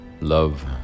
Love